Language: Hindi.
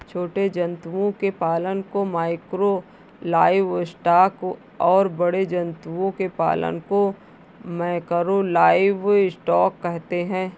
छोटे जंतुओं के पालन को माइक्रो लाइवस्टॉक और बड़े जंतुओं के पालन को मैकरो लाइवस्टॉक कहते है